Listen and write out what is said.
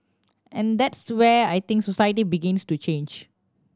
and that's where I think society begins to change